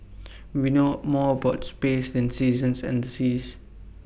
we know more about space than seasons and the seas